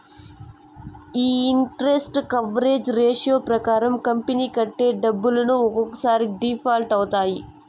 ఈ interest coverage ratio ప్రకారం company కట్టే డబ్బులు ఒక్కసారి డిఫాల్ట్ అవుతాయి